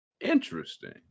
interesting